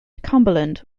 cumberland